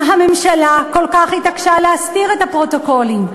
הממשלה כל כך התעקשה להסתיר את הפרוטוקולים,